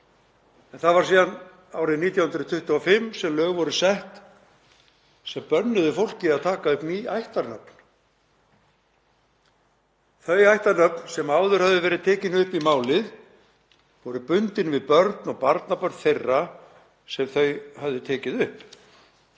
Það var síðan árið 1925 sem lög voru sett sem bönnuðu fólki að taka upp ný ættarnöfn. Þau ættarnöfn sem áður höfðu verið tekin upp í málið voru bundin við börn og barnabörn þeirra sem tekið höfðu þau upp.